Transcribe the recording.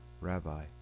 Rabbi